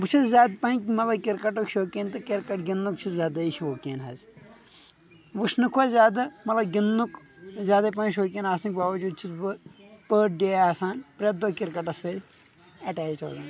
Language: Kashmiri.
بہٕ چھُس زیادٕ پہن مطلب کرکٹُک شوقیٖن تہٕ کرکٹ گِنٛدنُک چھُس زیادٕے شوقیٖن حظ وٕچھنہٕ کھۄتہٕ زیادٕ مطلب گِنٛدنُک زیادے پہن شوقیٖن آسنہٕ باوجوٗد چھُس بہٕ پٔر ڈے آسان پرٛٮ۪تھ دۄہ کرکٹس سۭتۍ اٮ۪ٹیچ روزان